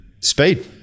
speed